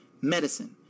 medicine